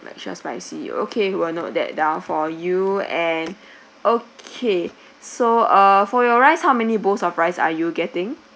like extra spicy okay will note that down for you and okay so uh for your rice how many bowls of rice are you getting